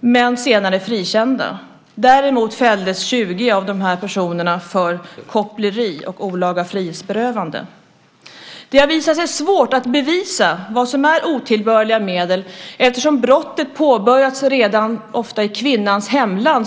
men senare frikända. Däremot fälldes 20 av personerna för koppleri och olaga frihetsberövande. Det har visat sig svårt att bevisa vad som är otillbörliga medel eftersom brottet ofta påbörjats redan i kvinnans hemland.